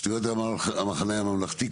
הסתייגויות המחנה הממלכתי,